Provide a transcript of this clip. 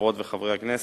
חברות וחברי הכנסת,